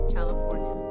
California